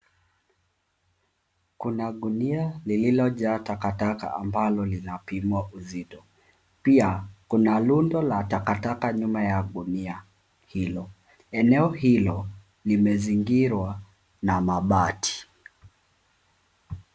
Kuna gunia lililojaa takataka ambalo linapimwa uzito. Pia, kuna rundo la takataka nyuma ya gunia hilo. Eneo hilo limezingirwa na mabati.